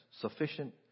Sufficient